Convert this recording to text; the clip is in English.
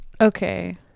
okay